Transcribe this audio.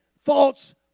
false